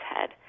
head